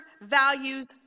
values